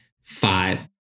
Five